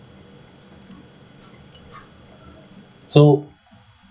so